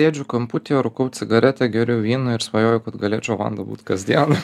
sėdžiu kamputyje rukau cigaretę geriu vyną ir svajoju kad galėčiau vanda būt kasdien